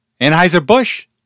Anheuser-Busch